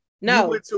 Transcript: No